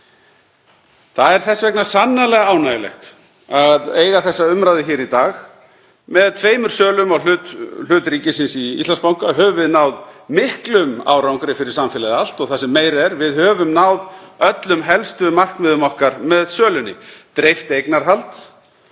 Það er þess vegna sannarlega ánægjulegt að eiga þessa umræðu hér í dag. Með tveimur sölum á hlut ríkisins í Íslandsbanka höfum við náð miklum árangri fyrir samfélagið allt og það sem meira er, við höfum náð öllum helstu markmiðum okkar með sölunni; dreift eignarhald,